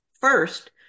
First